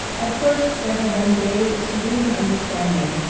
at first there had been days of serene understanding,